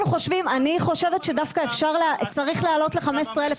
אני חושבת שצריך להעלות ל-15,000.